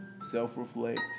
self-reflect